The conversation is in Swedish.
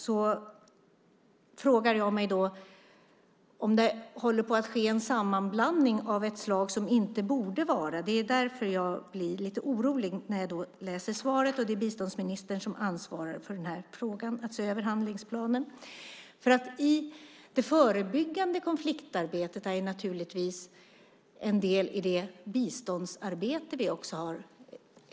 Jag frågar mig om det håller på att ske en sammanblandning av ett slag som inte borde ske. Det är därför jag blir lite orolig när jag läser svaret och att det är biståndsministern som ansvarar för att se över handlingsplanen. Det förebyggande konfliktarbetet är naturligtvis en del av det utvecklingssamarbete vi bedriver.